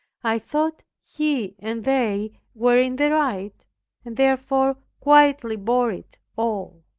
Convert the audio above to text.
i thought he and they were in the right and therefore quietly bore it all.